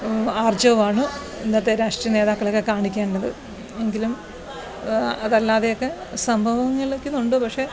ആർജവമാണ് ഇന്നത്തെ രാഷ്ട്രീയ നേതാക്കളൊക്കെ കാണിക്കേണ്ടത് എങ്കിലും അതല്ലാതെയൊക്കെ സംഭവങ്ങളൊക്കുന്നുണ്ട് പക്ഷെ